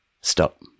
Stop